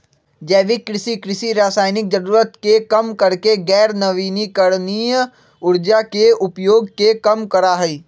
जैविक कृषि, कृषि रासायनिक जरूरत के कम करके गैर नवीकरणीय ऊर्जा के उपयोग के कम करा हई